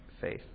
faith